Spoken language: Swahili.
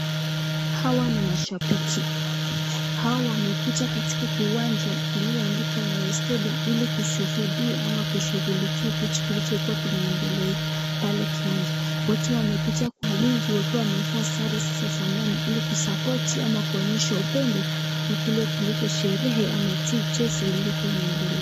Hawa ni mashabiki, hawa wamekuja katika kiwanja iliyoandikwa Nyayo stadium ili kushuhudia ama kushughulikia kitu kilichokuwa kinaendelea pale kiwanjani, wote wamekuja kwa wingi wakiwa wamevaa sare zilizofanana ili kusapoti ama kuonyesha upendo kwa kile ilyo sherehe ama mchezo iliyokuwa inaendelea.